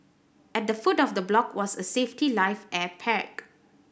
at the foot of the block was a safety life air pack